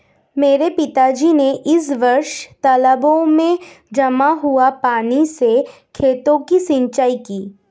मेरे पिताजी ने इस वर्ष तालाबों में जमा हुए पानी से खेतों की सिंचाई की